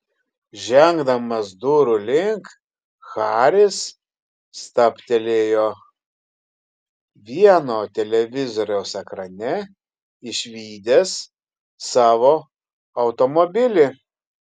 žengdamas durų link haris stabtelėjo vieno televizoriaus ekrane išvydęs savo automobilį